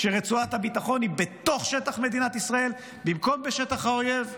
כשרצועת הביטחון היא בתוך שטח מדינת ישראל במקום בשטח האויב.